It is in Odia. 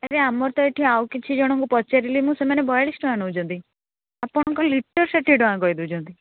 ଆରେ ଆମର ତ ଏଇଠି ଆଉ କିଛି ଜଣଙ୍କୁ ପଚାରିଲି ମୁଁ ସେମାନେ ବୟାଳିଶ ଟଙ୍କା ନେଉଛନ୍ତି ଆପଣଙ୍କ ଲିଟର ଷାଠିଏ ଟଙ୍କା କହି ଦେଉଛନ୍ତି